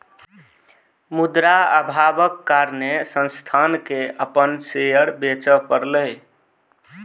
मुद्रा अभावक कारणेँ संस्थान के अपन शेयर बेच पड़लै